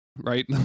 right